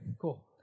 Cool